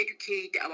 educate